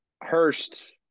Hurst